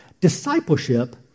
Discipleship